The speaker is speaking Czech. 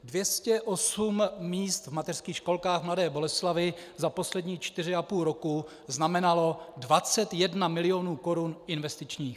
208 míst v mateřských školkách v Mladé Boleslavi za posledních 4,5 roku znamenalo 21 milionů korun investičních.